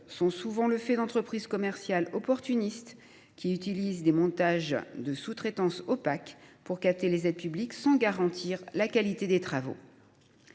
sont souvent le fait d’entreprises commerciales opportunistes, qui utilisent des montages opaques de sous traitance pour capter les aides publiques sans garantir la qualité des travaux.